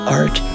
art